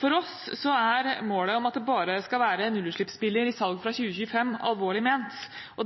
For oss er målet om at det bare skal være nullutslippsbiler i salg fra 2025, alvorlig ment.